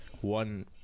one